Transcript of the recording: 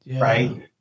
right